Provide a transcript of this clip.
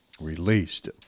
released